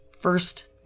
first